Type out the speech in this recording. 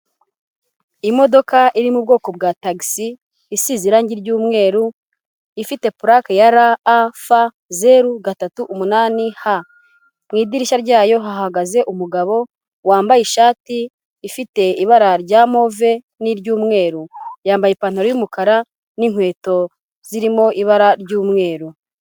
Imodoka iri mu bwoko bwa tagisi isize irangi ry'umweru, ifite plaque RAF zeru gatatu umunani H, mu idirishya ryayo hahagaze umugabo wambaye ishati ifite ibara rya move n'iry'umweru, yambaye ipantaro y'umukara n'inkweto zirimo ibara ry'umweru.